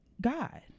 God